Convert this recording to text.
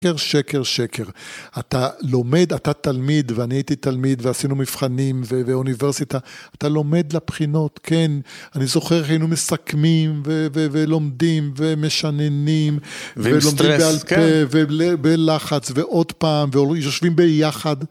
שקר, שקר, שקר, אתה לומד, אתה תלמיד ואני הייתי תלמיד ועשינו מבחנים באוניברסיטה, אתה לומד לבחינות, כן. אני זוכר שהיינו מסכמים ולומדים ומשננים. ועם סטרס, כן. ובלחץ ועוד פעם ויושבים ביחד.